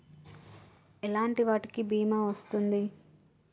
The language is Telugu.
ఎలాంటి వాటికి బీమా వస్తుంది?